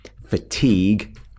fatigue